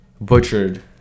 butchered